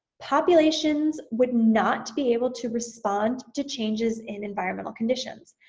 populations would not be able to respond to changes in environmental conditions,